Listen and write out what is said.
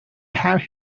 have